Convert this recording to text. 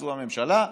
ביצוע הממשלה: